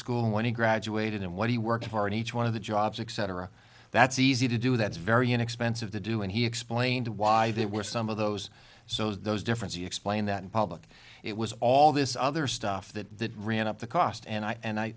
school when he graduated and what he worked hard each one of the jobs etc that's easy to do that's very inexpensive to do and he explained why they were some of those so those difference he explained that in public it was all this other stuff that ran up the cost and i and i